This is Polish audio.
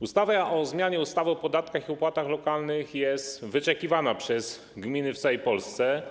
Ustawa o zmianie ustawy o podatkach i opłatach lokalnych jest wyczekiwana przez gminy w całej Polsce,